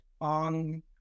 on